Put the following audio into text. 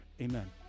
Amen